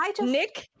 Nick